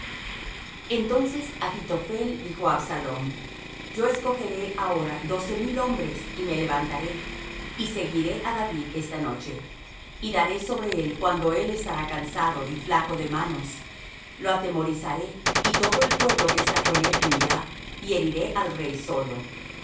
entonces achitophel dijo á absalom yo escogeré ahora doce mil hombres y me levantaré y seguiré á david esta noche y daré sobre él cuando él estará cansado y flaco de manos lo atemorizaré y todo el pueblo que está con él huirá y heriré al rey solo